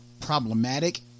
problematic